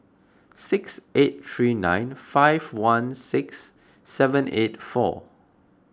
six eight three nine five one six seven eight four